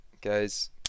Guys